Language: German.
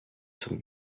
zum